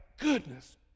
goodness